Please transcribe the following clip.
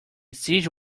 siege